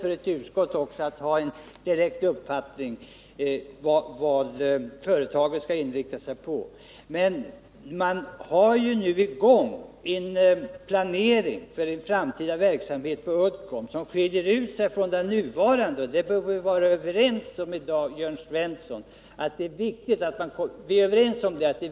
Men det Onsdagen den pågår ju nu en planering för den framtida verksamheten på Uddcomb, en 4 april 1979 verksamhet som kommer att skilja sig från den nuvarande. Jag är överens med Jörn Svensson om att det är viktigt att den planeringen fortsätter.